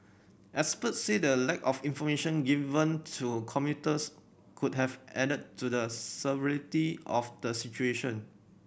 experts said the lack of information given to commuters could have added to the severity of the situation